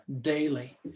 daily